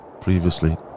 previously